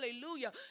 hallelujah